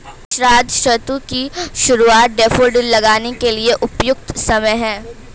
शरद ऋतु की शुरुआत डैफोडिल लगाने के लिए उपयुक्त समय है